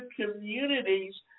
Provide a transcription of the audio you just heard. communities